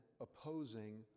opposing